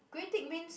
grey tick means